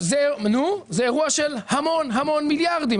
זה אירוע של המון המון מיליארדים.